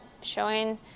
showing